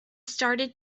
started